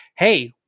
hey